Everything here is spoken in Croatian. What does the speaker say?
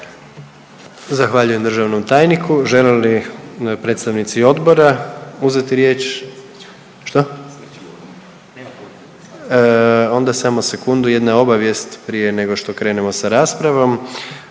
Zahvaljujem državnom tajniku. Žele li predstavnici odbora uzeti riječ? …/Upadica iz klupe se ne razumije/…. Što? Onda samo sekundu, jedna obavijest prije nego što krenemo sa raspravom.